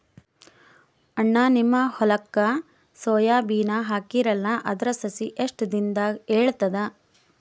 ಅಣ್ಣಾ, ನಿಮ್ಮ ಹೊಲಕ್ಕ ಸೋಯ ಬೀನ ಹಾಕೀರಲಾ, ಅದರ ಸಸಿ ಎಷ್ಟ ದಿಂದಾಗ ಏಳತದ?